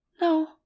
No